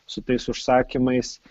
su tais užsakymais